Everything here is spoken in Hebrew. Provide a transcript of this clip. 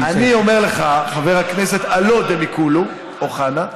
אני אומר לך, חבר הכנסת הלא-דמיקולו, אוחנה,